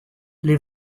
les